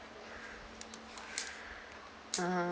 (uh huh)